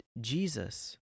Jesus